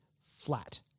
flat